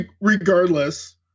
regardless